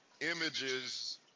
images